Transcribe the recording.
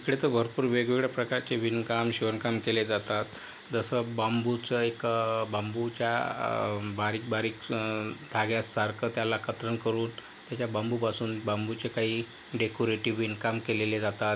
इकडे तर भरपूर वेगवेगळ्या प्रकारचे विणकाम शिवणकाम केले जातात जसं बांबूचं एक बांबूच्या बारीक बारीक धाग्यासारखं त्याला कात्रण करून त्याच्या बांबूपासून बांबूचे काही डेकोरेटीव्ह विणकाम केलेले जातात